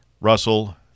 Russell –